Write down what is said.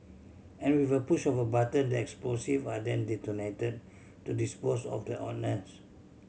and with a push of a button the explosive are then detonated to dispose of the ordnance